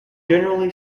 generally